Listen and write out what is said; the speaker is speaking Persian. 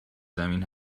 زمین